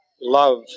love